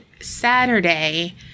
Saturday